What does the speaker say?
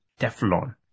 Teflon